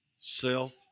self